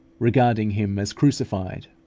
regarding him as crucified,